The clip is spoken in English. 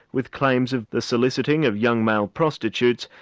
with claims of the soliciting of young male prostitutes,